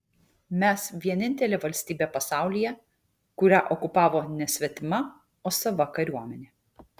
mes vienintelė valstybė pasaulyje kurią okupavo ne svetima o sava kariuomenė